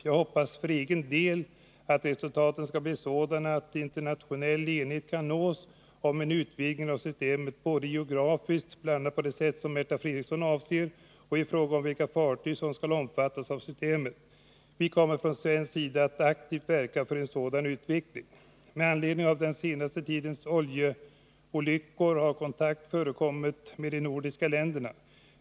Jag hoppas för egen del att resultaten blir sådana att internationell enighet kan nås om en utvidgning av systemet både geografiskt, bl.a. på det sätt som Märta Fredrikson avser, och i fråga om vilka fartyg som skall omfattas av systemet. Vi kommer från svensk sida att aktivt verka för en sådan utveckling. Med anledning av den senaste tidens oljeolyckor har kontakt förekommit med de andra nordiska länderna.